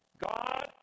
God